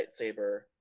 lightsaber